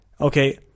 Okay